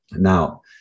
Now